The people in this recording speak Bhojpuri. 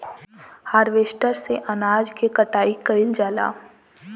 हारवेस्टर से अनाज के कटाई कइल जाला